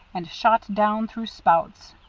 and shot down through spouts,